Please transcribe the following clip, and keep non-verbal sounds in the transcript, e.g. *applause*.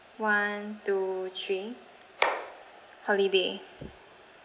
one two three *noise* holiday